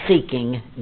seeking